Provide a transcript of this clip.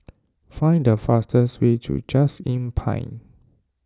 find the fastest way to Just Inn Pine